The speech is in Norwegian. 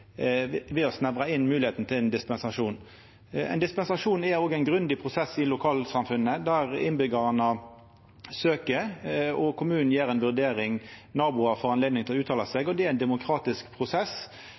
å snevra inn moglegheita til ein dispensasjon. Ein dispensasjon er òg ein grundig prosess i lokalsamfunnet, der innbyggjarane søkjer og kommunen gjer ei vurdering, naboar får anledning til å uttala